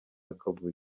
akavuyo